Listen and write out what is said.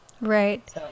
Right